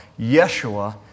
Yeshua